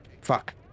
fuck